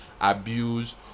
Abuse